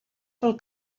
pel